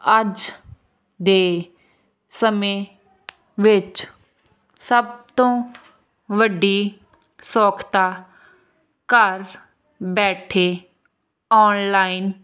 ਅੱਜ ਦੇ ਸਮੇਂ ਵਿੱਚ ਸਭ ਤੋਂ ਵੱਡੀ ਸੌਖਤਾ ਘਰ ਬੈਠੇ ਓਨਲਾਈਨ